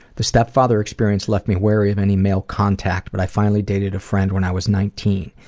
the step father experience left me wary of any male contact, but i finally dated a friend when i was nineteen.